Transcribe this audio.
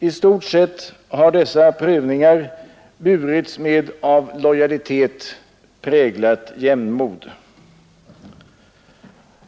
I stort sett har dessa prövningar burits med, av lojalitet präglat, jämnmod.